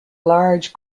large